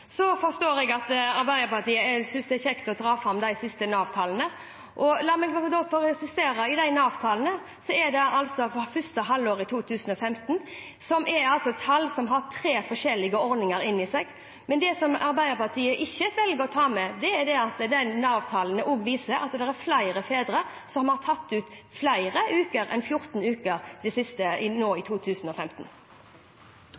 forstår at Arbeiderpartiet synes det er kjekt å trekke fram de siste Nav-tallene. La meg da bare presisere om de Nav-tallene, som gjelder første halvår i 2015, at det er tall som innbefatter tre forskjellige ordninger. Men det som Arbeiderpartiet ikke velger å ta med, er at Nav-tallene også viser at det er flere fedre som har tatt ut flere enn 14 uker i 2015. Kristelig Folkeparti er veldig glad for at vi har fått flere midler til familievern. I